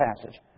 passage